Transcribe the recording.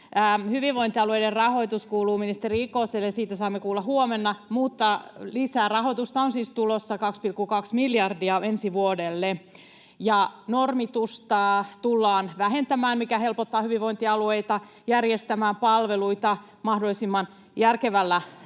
Hyvinvointialueiden rahoitus kuuluu ministeri Ikoselle, ja siitä saamme kuulla huomenna, mutta lisärahoitusta on siis tulossa 2,2 miljardia ensi vuodelle. Normitusta tullaan vähentämään, mikä helpottaa hyvinvointialueita järjestämään palveluita mahdollisimman järkevällä